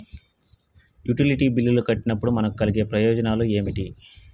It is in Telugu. యుటిలిటీ బిల్లులు కట్టినప్పుడు మనకు కలిగే ప్రయోజనాలు ఏమిటి?